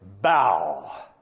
Bow